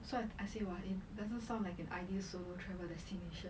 so I I say !wah! it doesn't sound like an ideal solo travel destination